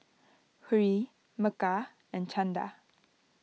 Hri Milkha and Chanda